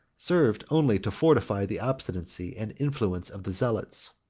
served only to fortify the obstinacy and influence of the zealots.